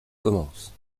commence